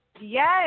Yes